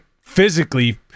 physically